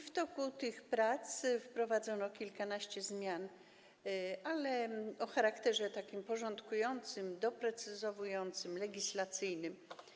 W toku tych prac wprowadzono kilkanaście zmian, ale o takim charakterze porządkującym, doprecyzowującym, legislacyjnym.